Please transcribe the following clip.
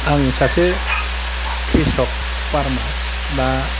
आं सासे कृसक फारमार बा